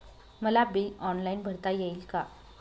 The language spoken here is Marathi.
मला बिल ऑनलाईन भरता येईल का?